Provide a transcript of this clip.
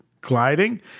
gliding